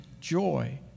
joy